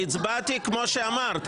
והצבעתי כמו שאמרת,